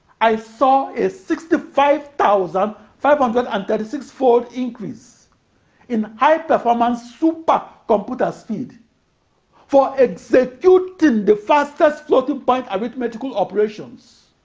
i saw a sixty five thousand five hundred and thirty six fold increase in high-performance supercomputing but speed for executing the fastest floating-point arithmetical operations.